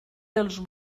dels